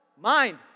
Mind